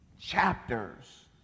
chapters